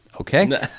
Okay